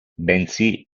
bensì